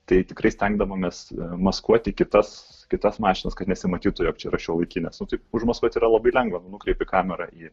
tai tikrai stengdavomės maskuoti kitas kitas mašinas kad nesimatytų jog čia yra šiuolaikinės nu tai užmaskuoti yra labai lengva nukreipi kamerą į